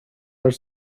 are